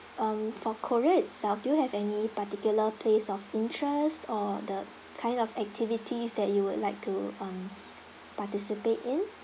um for korea itself do you have any particular place of interest or the kind of activities that you would like to um participate in